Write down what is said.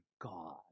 God